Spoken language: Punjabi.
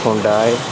ਹੋਂਡਾਏ